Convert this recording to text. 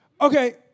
okay